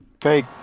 Fake